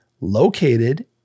located